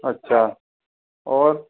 अच्छा और